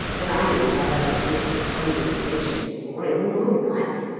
but i never heard of this supposed legend before in all my life.